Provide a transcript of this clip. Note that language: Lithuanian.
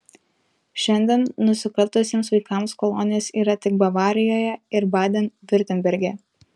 šiandien nusikaltusiems vaikams kolonijos yra tik bavarijoje ir baden viurtemberge